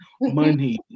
money